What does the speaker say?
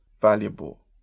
valuable